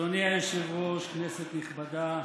אדוני היושב-ראש, כנסת נכבדה,